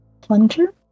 plunger